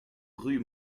rue